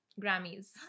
Grammys